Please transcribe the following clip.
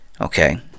Okay